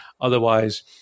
Otherwise